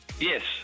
Yes